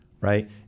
right